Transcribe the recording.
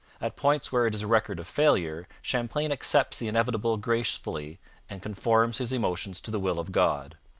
at points where it is a record of failure champlain accepts the inevitable gracefully and conforms his emotions to the will of god.